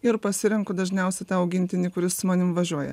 ir pasirenku dažniausiai tą augintinį kuris su manim važiuoja